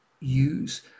use